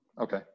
Okay